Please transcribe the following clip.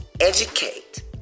educate